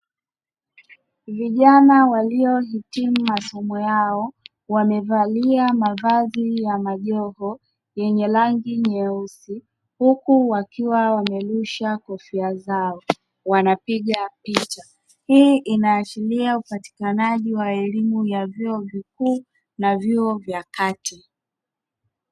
Vijana waliohitimu masomo yao wamevalia mavazi ya majoho yenye rangi nyeusi, huku wakiwa wamerusha kofia zao wanapiga picha. Hii inaashiria upatikanaji wa elimu ya vyuo vikuu na vyuo vya kati.